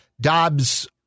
Dobbs